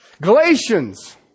Galatians